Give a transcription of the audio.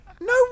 No